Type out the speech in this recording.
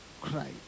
cry